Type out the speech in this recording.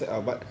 mm